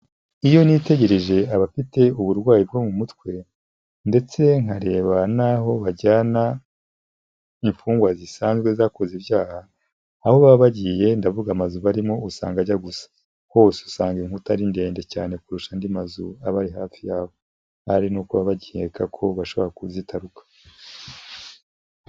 Iyo nitegereje abafite uburwayi bwo mu mutwe ndetse nkareba n'aho bajyana imfungwa zisanzwe zakoze ibyaha, aho baba bagiye, ndavuga amazu barimo usanga ajya gusa. Hose usanga inkuta ari ndende cyane kurusha andi mazu aba ari hafi yabo. Ahari ni uko baba bacyeka ko bashobora kuzitaruka.